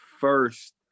first